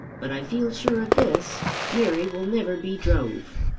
but i feel sure of this mary will never be drove.